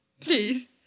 please